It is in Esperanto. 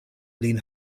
lin